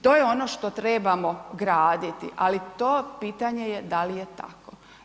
To je ono što trebamo graditi, ali to pitanje je da li je tako.